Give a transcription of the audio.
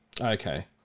Okay